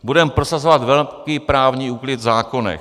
Budeme prosazovat velký právní úklid v zákonech.